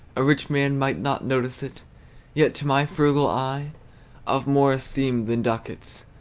a rich man might not notice it yet to my frugal eye of more esteem than ducats.